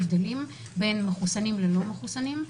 הבדלים בין מחוסנים ללא מחוסנים.